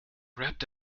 wrapped